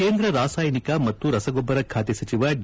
ಕೇಂದ್ರ ರಾಸಾಯನಿಕ ಮತ್ತು ರಸಗೊಬ್ಬರ ಖಾತೆ ಸಚಿವ ಡಿ